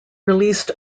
released